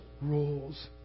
rules